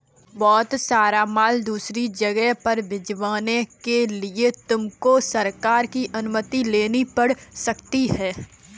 बहुत सारा माल दूसरी जगह पर भिजवाने के लिए तुमको सरकार की अनुमति लेनी पड़ सकती है